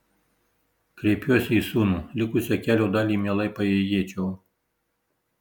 kreipiuosi į sūnų likusią kelio dalį mielai paėjėčiau